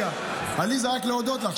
עליזה, רק להודות לך.